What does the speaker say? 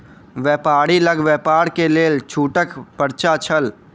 व्यापारी लग व्यापार के लेल छूटक पर्चा छल